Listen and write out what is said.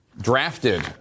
drafted